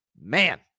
man